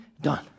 done